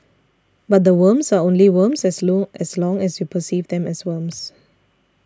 but the worms are only worms as long as long as you perceive them as worms